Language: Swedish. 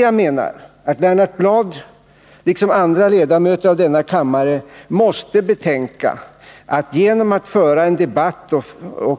Jag menar att Lennart Bladh liksom andra riksdagsledamöter måste betänka att genom att